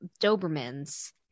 Dobermans